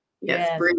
Yes